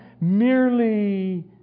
merely